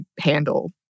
handle